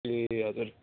ए हजुर